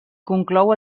conclou